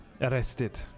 arrested